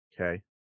Okay